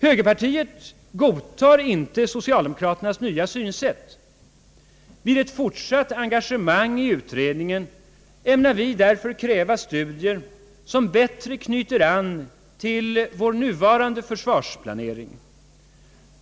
Högerpartiet godtar inte socialdemokraternas nya synsätt. Vid ett fortsatt engagemang i utredningen ämnar vi därför kräva studier, som bättre knyter an till vår nuvarande försvarsplanering.